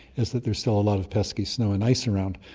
is that there's still a lot of pesky snow and ice around.